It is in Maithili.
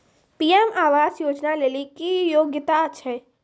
पी.एम आवास योजना लेली की योग्यता छै?